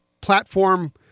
platform